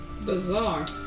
Bizarre